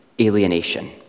Alienation